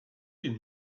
une